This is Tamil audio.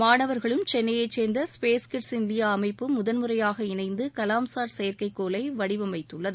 மாணவர்களும் சென்னையை சேர்ந்த ஸ்பேஸ் கிட்ஸ் இந்தியா அமைப்பும் முதல் முறையாக இணைந்து கலாம்சாட் செயற்கைகோளை வடிவமைத்துள்ளது